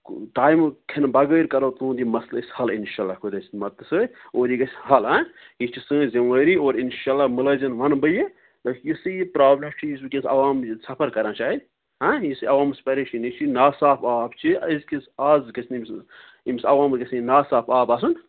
ٹایمہٕ کھٮ۪نہٕ بغٲرۍ کَرو تُہنٛد یہِ مسلہٕ أسۍ حل اِنشاء اللہ خۄداے سٕنٛدِ مدتہٕ سۭتۍ اور یہِ گَژھِ حل ہہ یہِ چھِ سٲنۍ ذِموٲری اور اِنشاء اللہ ملٲزم وَنہٕ بہٕ یہِ تۄہہِ یُس یہِ یہِ پرٛابلِم چھِ یُس وٕنۍکٮ۪س عوام سَفر کران چھِ اَسہِ ہ یُس یہِ عوامس پریشٲنی چھِ یہِ نا صاف آب چھِ یہِ أزکِس آز گَژھِ نہٕ أمِس أمِس عوامس گَژھِ نہٕ یہِ نا صاف آب آسُن